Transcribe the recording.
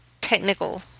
technical